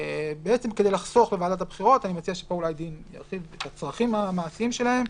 כדי לחסוך לוועדת הבחירות את הצרכים המעשיים שלהם.